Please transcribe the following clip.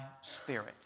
spirit